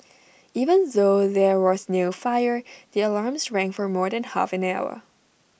even though there was no fire the alarms rang for more than half an hour